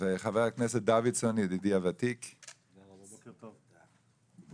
אבל בגדול רצינו להראות לכם קודם כל תמונה כוללת.